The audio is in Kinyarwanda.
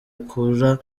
ikura